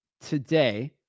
today